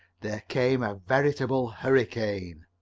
there came a veritable hurricane.